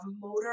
motor